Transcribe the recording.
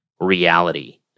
reality